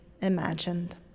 imagined